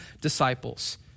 disciples